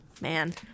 Man